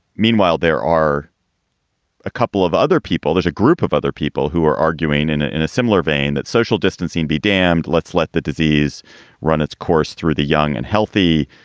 meanwhile, there are a couple of other people, there's a group of other people who are arguing in ah in a similar vein that social distancing be damned. let's let the disease run its course through the young and healthy.